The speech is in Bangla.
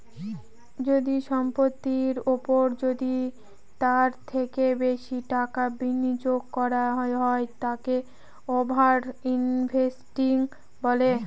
যদি সম্পত্তির ওপর যদি তার থেকে বেশি টাকা বিনিয়োগ করা হয় তাকে ওভার ইনভেস্টিং বলে